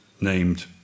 named